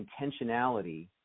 intentionality